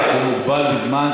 הוא מוגבל בזמן,